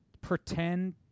pretend